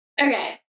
Okay